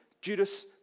Judas